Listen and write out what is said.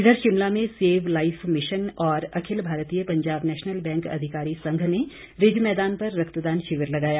इधर शिमला में Save Life Mission और अखिल भारतीय पंजाब नेशनल बैंक अधिकारी संघ ने रिज मैदान पर रक्तदान शिविर लगाया